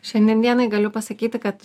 šiandien dienai galiu pasakyti kad